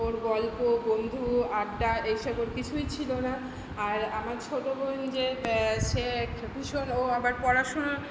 ওর গল্প বন্ধু আড্ডা এসব ওর কিছুই ছিল না আর আমার ছোটো বোন যে সে ভীষণ ও আবার পড়াশুনোর